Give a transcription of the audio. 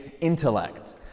intellect